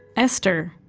esther,